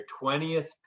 20th